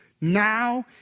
Now